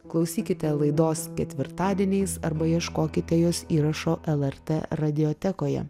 klausykite laidos ketvirtadieniais arba ieškokite jos įrašo lrt radiotekoje